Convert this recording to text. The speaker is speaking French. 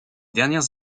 dernières